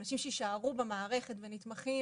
אנשים שיישארו במערכת ונתמכים